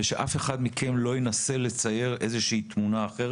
ושאף אחד מכם לא ינסה לצייר דברים אחרת.